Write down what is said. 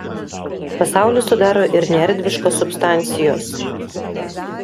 pasaulį sudaro ir neerdviškos substancijos